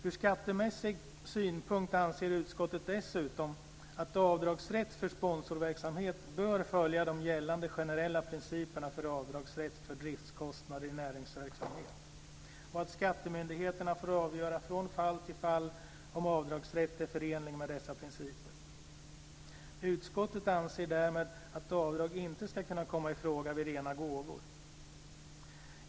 Från skattemässig synpunkt anser utskottet dessutom att avdragsrätt för sponsorverksamhet bör följa de gällande generella principerna för avdragsrätt för driftskostnader i näringsverksamhet och att skattemyndigheterna får avgöra från fall till fall om avdragsrätten är förenlig med dessa principer. Utskottet anser därmed att avdrag inte ska kunna komma i fråga vid rena gåvor.